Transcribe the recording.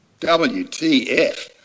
WTF